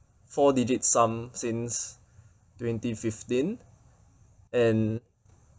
four digit sum since twenty fifteen and